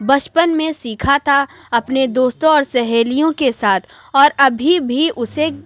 بچپن میں سیکھا تھا اپنے دوستوں اور سہیلیوں کے ساتھ اور ابھی بھی اُسے